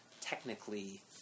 technically